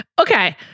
Okay